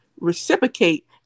reciprocate